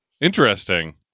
Interesting